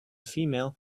female